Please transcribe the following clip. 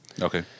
Okay